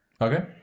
Okay